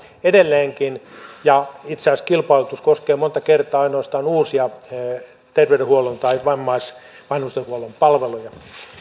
edelleenkin ja itse asiassa kilpailutus koskee monta kertaa ainoastaan uusia terveydenhuollon tai vammais ja vanhustenhuollon palveluja